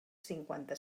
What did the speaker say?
cinquanta